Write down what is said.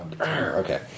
Okay